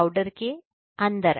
powder के अंदर